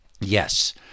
yes